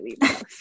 leave